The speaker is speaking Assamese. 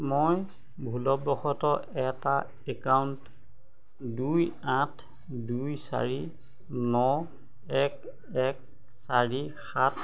মই ভুলবশতঃ এটা একাউণ্ট দুই আঠ দুই চাৰি ন এক এক চাৰি সাত